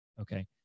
Okay